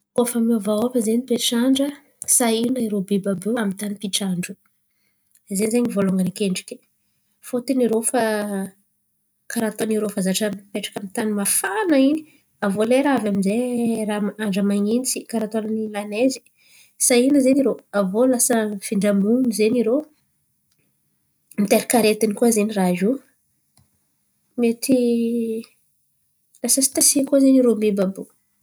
Koa fa miovaova zen̈y toetr’andra sahiran̈a zen̈y irô biby àby io amin’ny tany pitran-drô, ze zen̈y volongany akendriky. Fotiny rô fa karà ataony rô fa zatra mipetraka amin’ny tany mafana in̈y aviô lera avy aminjay raha ma andra manintsy karà ataony lanaizy sahiran̈a zen̈y rô. Aviô lasa zen̈y rô mitairaka aretin̈y koa zen̈y raha io, mety lasa sitiraisy koa zen̈y rô biby àby io.